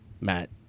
Matt